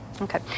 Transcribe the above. Okay